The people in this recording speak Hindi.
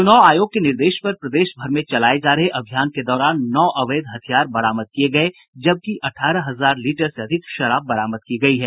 चुनाव आयोग के निर्देश पर प्रदेश भर में चलाये जा रहे अभियान के दौरान नौ अवैध हथियार बरामद किये गये जबकि अठारह हजार लीटर से अधिक शराब बरामद की गयी है